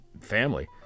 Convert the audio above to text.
family